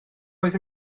oedd